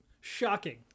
shocking